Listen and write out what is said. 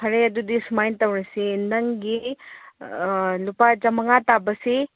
ꯐꯔꯦ ꯑꯗꯨꯗꯤ ꯁꯨꯃꯥꯏ ꯇꯧꯔꯁꯤ ꯅꯪꯒꯤ ꯂꯨꯄꯥ ꯆꯥꯝꯃꯉꯥ ꯇꯥꯕꯁꯤ